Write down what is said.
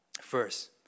first